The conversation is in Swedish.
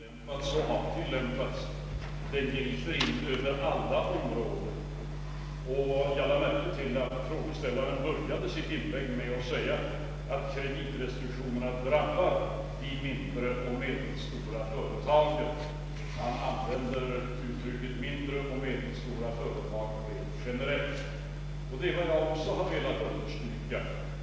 Herr talman! Det är klart att den kreditåtstramning som för närvarande tilllämpas, och som har tillämpats, griper in på alla områden. Jag lade märke till att frågeställaren började sitt inlägg med att säga, att kreditrestriktionerna drabbar de mindre och medelstora företagen. Han använde uttrycket ”mindre och medelstora företag” rent generellt. Det är vad jag också har velat under stryka.